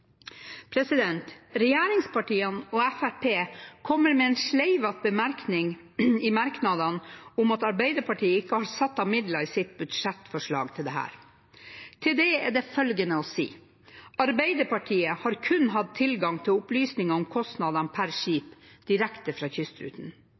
Regjeringspartiene og Fremskrittspartiet kommer med en sleivete bemerkning i merknadene om at Arbeiderpartiet ikke har satt av midler i sitt budsjettforslag til dette. Til det er det følgende å si at Arbeiderpartiet kun har hatt tilgang til opplysninger om kostnadene per